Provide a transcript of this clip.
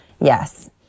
Yes